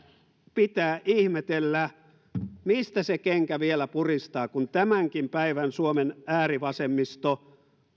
pitää ihmetellä mistä se kenkä vielä puristaa kun tämänkin päivän suomen äärivasemmisto